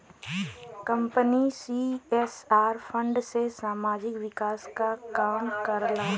company CSR fund से सामाजिक विकास क काम करला